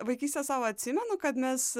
vaikystę savo atsimenu kad mes